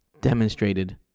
demonstrated